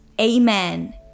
Amen